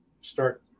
start